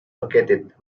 located